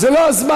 זה לא הזמן.